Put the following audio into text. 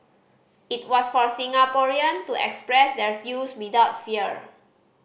it was for Singaporean to express their views without fear